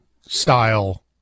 style